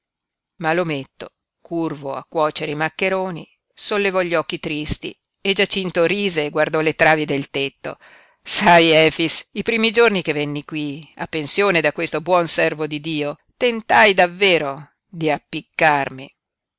impiccarmi ma l'ometto curvo a cuocere i maccheroni sollevò gli occhi tristi e giacinto rise e guardò le travi del tetto sai efix i primi giorni che venni qui a pensione da questo buon servo di dio tentai davvero di appiccarmi